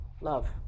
love